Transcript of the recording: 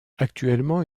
actuellement